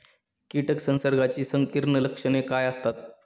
कीटक संसर्गाची संकीर्ण लक्षणे काय असतात?